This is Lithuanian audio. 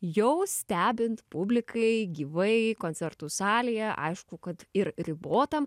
jau stebint publikai gyvai koncertų salėje aišku kad ir ribotam